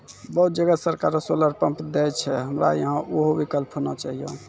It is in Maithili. बहुत जगह सरकारे सोलर पम्प देय छैय, हमरा यहाँ उहो विकल्प होना चाहिए?